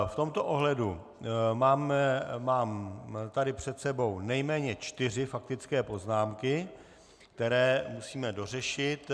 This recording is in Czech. V tomto ohledu mám tady před sebou nejméně čtyři faktické poznámky, které musíme dořešit.